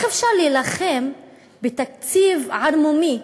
איך אפשר להילחם בתקציב ערמומי?